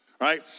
right